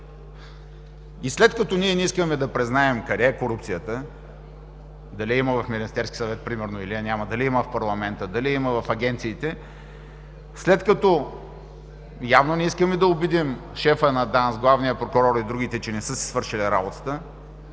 След като ние не искаме да признаем къде е корупцията – дали я има в Министерския съвет, примерно, или я няма, дали я има в парламента, дали я има в агенциите, след като явно не искаме да убедим шефа на ДАНС, главния прокурор и другите, че не са си свършили работата,